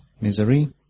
misery